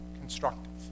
constructive